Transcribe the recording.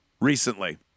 recently